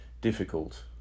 difficult